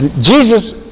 Jesus